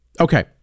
Okay